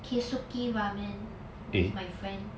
keisuke ramen with my friend